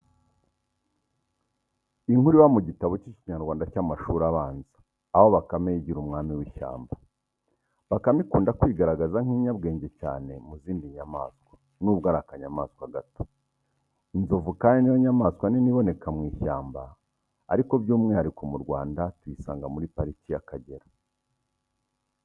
Inkuru iba mu gitabo k'ikinyarwanda cy'amashuri abanza aho bakame yigira umwami w'ishyamba. Bakame ikunda kwigaragaza nk'inyabwenge cyane mu zindi nyamaswa nubwo ari akanyamaswa gato. Inzovu kandi niyo nyamaswa nini iboneka mu ishyamba riko by'umwihariko mu Rwanda tuyisanga muri parike y'Akagera.